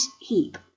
heap